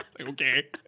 Okay